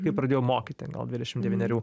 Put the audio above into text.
kai pradėjau mokyti gal dvidešim devynerių